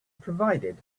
provided